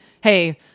Hey